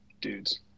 dudes